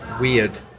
weird